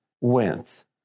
wins